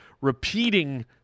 repeating